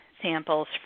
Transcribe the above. samples